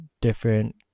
different